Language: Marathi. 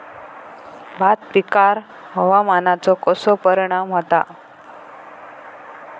भात पिकांर हवामानाचो कसो परिणाम होता?